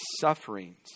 sufferings